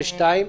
קטן.